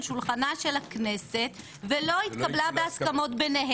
שולחנה של הכנסת ולא התקבלה בהסכמות ביניהם,